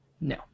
No